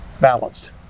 balanced